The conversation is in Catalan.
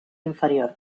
inferior